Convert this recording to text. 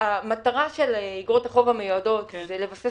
המטרה של אגרות החוב המיועדות זה לבסס